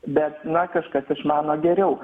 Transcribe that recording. bet na kažkas išmano geriau